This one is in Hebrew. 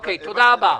אוקיי, תודה רבה.